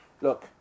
look